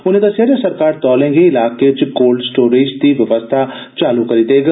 उने दसेया जे सरकार तौले गै इलाके च कोल्ड स्टोरेज दी व्यवस्था चालू करग